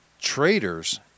traders